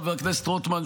חבר הכנסת רוטמן,